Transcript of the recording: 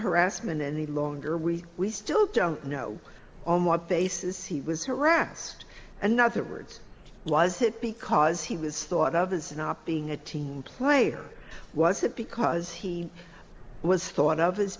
harassment any longer we we still don't know on what basis he was harassed another words was it because he was thought of as an op being a team player was it because he was thought of as